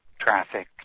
traffic